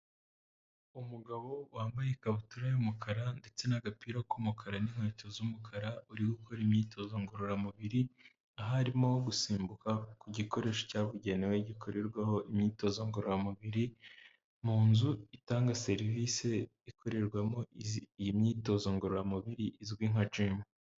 Umugabo wambaye ikabutura y'umukara ndetse n'agapira k'umukara n'inkweto z'umukara uri gukora imyitozo ngororamubiri, aho arimo gusimbuka ku gikoresho cyabugenewe gikorerwaho imyitozo ngororamubiri, mu nzu itanga serivise ikorerwamo iyi myitozo ngororamubiri izwi nka jimu.